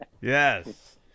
yes